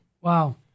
Wow